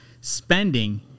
spending